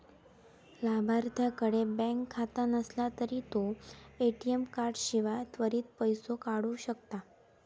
लाभार्थ्याकडे बँक खाता नसला तरी तो ए.टी.एम कार्डाशिवाय त्वरित पैसो काढू शकता